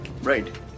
Right